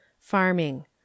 Farming